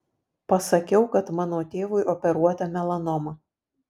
pasakiau kad mano tėvui operuota melanoma